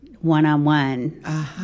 one-on-one